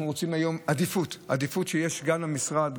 אנחנו רוצים היום עדיפות שיש גם למשרד,